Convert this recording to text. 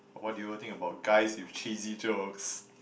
what do you think about guys with cheesy jokes